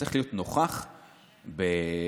צריך להיות נוכח בדיונים.